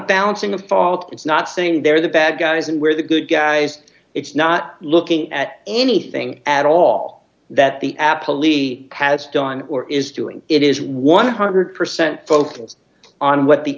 bouncing of fault it's not saying they're the bad guys and we're the good guys it's not looking at anything at all that the absolutely has done or is doing it is one hundred percent focused on what the